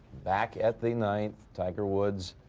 back at the ninth tiger woods.